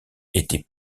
étaient